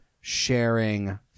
sharing